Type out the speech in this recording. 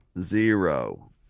Zero